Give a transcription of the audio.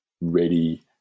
ready